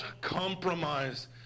compromise